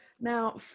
Now